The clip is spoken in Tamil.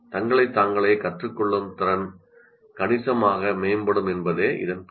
தங்களைத் தாங்களே கற்றுக் கொள்ளும் திறன் கணிசமாக மேம்படும் என்பதே இதன் பொருள்